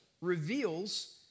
reveals